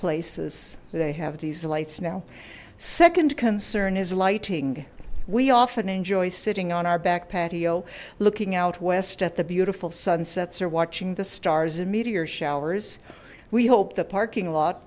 places they have these lights now second concern is lighting we often enjoy sitting on our back patio looking out west at the beautiful sunsets are watching the stars and meteor showers we hope the parking lot